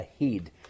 ahead